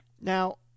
Now